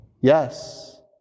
Yes